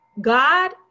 God